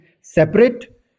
separate